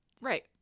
right